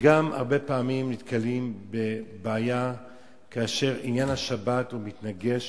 שהרבה פעמים נתקלים בבעיה כאשר עניין השבת מתנגש.